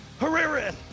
Herrera